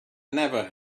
never